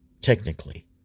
technically